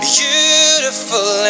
beautiful